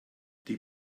die